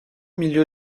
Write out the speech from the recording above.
milieu